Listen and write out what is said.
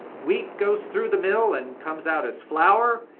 wheat goes through the mill, and comes out as flour,